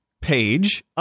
page